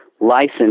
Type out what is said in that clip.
license